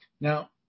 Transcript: Now